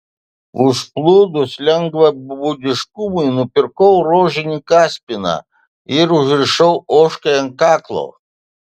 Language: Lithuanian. užplūdus lengvabūdiškumui nupirkau rožinį kaspiną ir užrišau ožkai ant kaklo